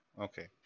Okay